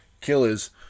killers